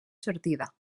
sortida